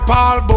Paul